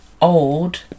old